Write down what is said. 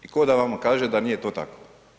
Tko da vama kaže da nije to tako?